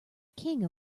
king